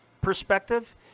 perspective